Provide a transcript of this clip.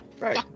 Right